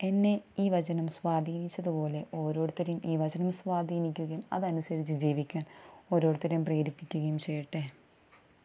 എന്നെ ഈ വചനം സ്വാധീനിച്ചതു പോലെ ഓരോരുത്തരെയും ഈ വചനം സ്വാധീനിക്കുകയും അതനുസരിച്ച് ജീവിക്കാൻ ഓരോരുത്തരെയും പ്രേരിപ്പിക്കുകയും ചെയ്യട്ടെ